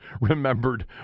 remembered